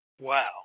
Wow